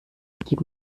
gib